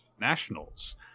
nationals